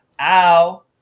Ow